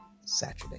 Saturday